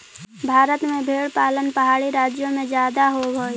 भारत में भेंड़ पालन पहाड़ी राज्यों में जादे होब हई